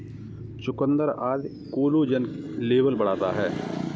चुकुन्दर आदि collagen level बढ़ाता है